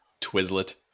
Twizlet